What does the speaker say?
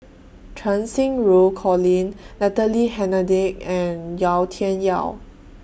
Cheng Xinru Colin Natalie Hennedige and Yau Tian Yau